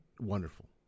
wonderful